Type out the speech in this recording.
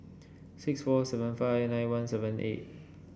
six four seven five nine one seven eight